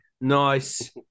Nice